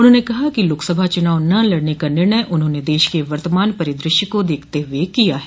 उन्होंने कहा कि लोकसभा चुनाव न लड़ने का निर्णय उन्होंने देश के वर्तमान परिदृश्य को देखते हुए किया है